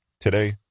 Today